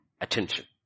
attention